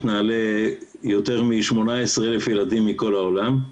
נעל"ה יותר מ-18,000 ילדים מכל העולם.